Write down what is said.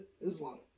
Islam